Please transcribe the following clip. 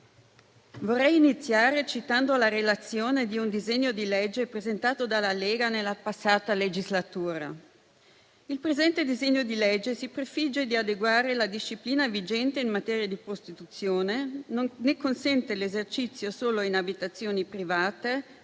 vorrei iniziare citando la relazione a un disegno di legge presentato dalla Lega nella passata legislatura, la quale recitava che quel disegno di legge si prefiggeva di adeguare la disciplina vigente in materia di prostituzione, ne consentiva l'esercizio solo in abitazioni private,